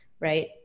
right